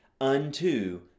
unto